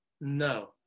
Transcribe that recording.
No